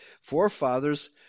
forefathers